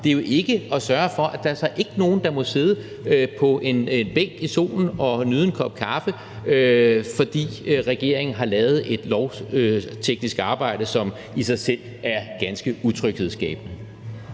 det er jo altså ikke at sørge for, at der ikke er nogen, der må sidde på en bænk i solen og nyde en kop kaffe, fordi regeringen har lavet et lovteknisk arbejde, som i sig selv er ganske utryghedsskabende.